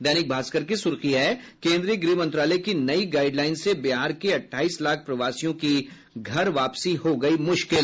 दैनिक भास्कर की सुर्खी है केन्द्रीय गृह मंत्रालय की नई गाईडलाईन से बिहार के अठाईस लाख प्रवासियों की घर वापसी हो गई मुश्किल